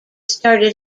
started